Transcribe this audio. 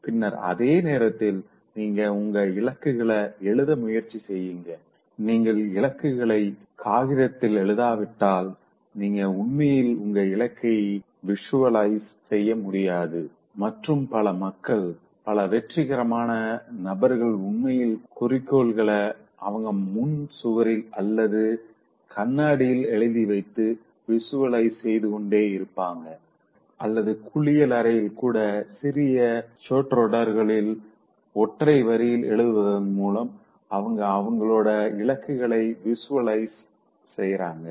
பின்னர் அதே நேரத்தில் நீங்க உங்க இலக்குகள எழுத முயற்சி செய்ங்க நீங்கள் இலக்குகள காகிதத்தில் எழுதாவிட்டால் நீங்க உண்மையில் உங்க இலக்கை விஷ்வலைஸ் செய்ய முடியாது மற்றும் பல மக்கள் பல வெற்றிகரமான நபர்கள் உண்மையில் குறிக்கோள்கள அவங்க முன் சுவரில் அல்லது கண்ணாடியில் எழுதிவைத்து விஷ்வலைஸ் செய்து கொண்டே இருப்பாங்க அல்லது குளியலறையில் கூட சிறிய சொற்றொடர்களில் ஒற்றை வரியில் எழுதுவதன் மூலம் அவங்க அவங்களோட இலக்குகள விஷ்வலைஸ் செய்றாங்க